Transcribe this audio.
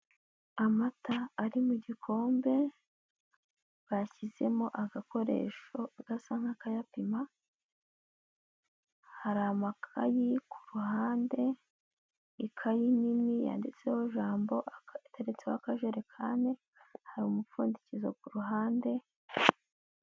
Amata ari mu gikombe, bashyizemo agakoresho gasa nk'akayapima, hari amakayi ku ruhande, ikayi nini yanditseho jambo iteretseho akajerekani, hari umupfundikizo ku ruhande.